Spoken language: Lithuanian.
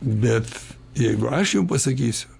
bet jeigu aš jum pasakysiu